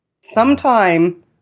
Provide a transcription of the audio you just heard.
Sometime